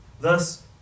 Thus